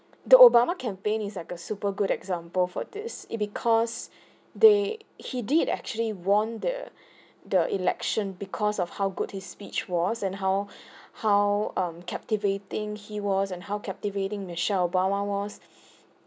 the obama campaign is like a super good example for this it because they he did actually won the the election because of how good his speech was and how how um captivating he was and how captivating michelle obama was